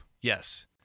Yes